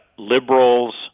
liberals